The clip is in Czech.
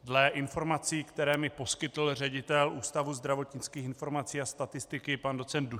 Dle informací, které mi poskytl ředitel Ústavu zdravotnických informací a statistiky pan doc.